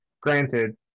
granted